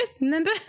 Remember